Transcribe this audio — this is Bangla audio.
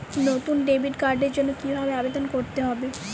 নতুন ডেবিট কার্ডের জন্য কীভাবে আবেদন করতে হবে?